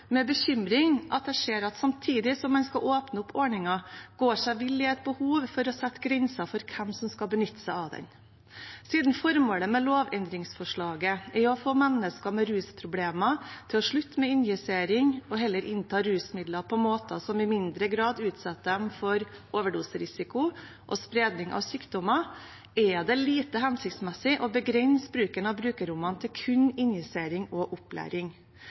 med bekymring jeg ser at samtidig som man skal åpne opp ordningen, går man seg vill i et behov for å sette grenser for hvem som skal benytte seg av den. Siden formålet med lovendringsforslaget er å få mennesker med rusproblemer til å slutte med injisering og heller innta rusmidler på måter som i mindre grad utsetter dem for overdoserisiko og spredning av sykdommer, er det lite hensiktsmessig å begrense bruken av brukerrommene til kun injisering og opplæring.